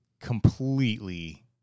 completely